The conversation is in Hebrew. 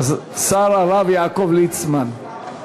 השר הרב יעקב ליצמן.